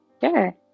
Sure